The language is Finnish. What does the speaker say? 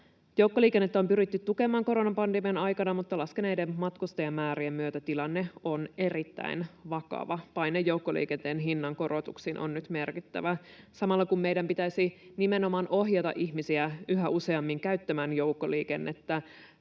Joukkoliikennettä on pyritty tukemaan koronapandemian aikana, mutta laskeneiden matkustajamäärien myötä tilanne on erittäin vakava. Paine joukkoliikenteen hinnankorotuksiin on nyt merkittävä. Samalla kun meidän pitäisi nimenomaan ohjata ihmisiä yhä useammin käyttämään joukkoliikennettä